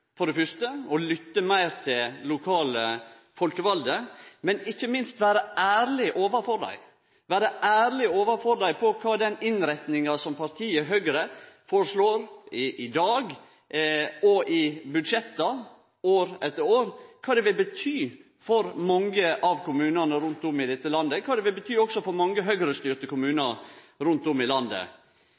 For det fyrste: Å lytte meir til lokale forkevalde, men ikkje minst vere ærlege overfor dei. Kva vil den innretninga som partiet Høgre føreslår i dag og i budsjetta år etter år, bety for mange av kommunane rundt om i dette landet – òg for mange Høgre-styrte kommunar? Eg trur det hadde vore bra om folket på Bulandet og Værlandet i